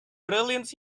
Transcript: brilliance